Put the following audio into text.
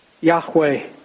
Yahweh